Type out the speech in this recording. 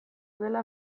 dela